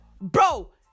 bro